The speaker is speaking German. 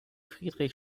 friedrich